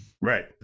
Right